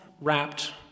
wrapped